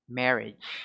marriage